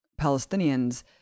palestinians